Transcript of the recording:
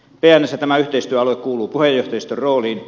pnssä tämä yhteistyöalue kuuluu puheenjohtajiston rooliin